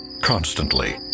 Constantly